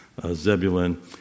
Zebulun